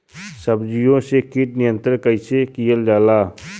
सब्जियों से कीट नियंत्रण कइसे कियल जा?